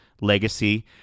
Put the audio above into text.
legacy